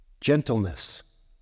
Gentleness